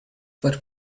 what